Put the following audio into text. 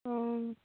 অঁ